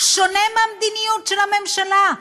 שונה מהמדיניות של הממשלה,